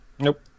Nope